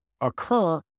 occur